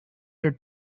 their